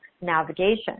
navigation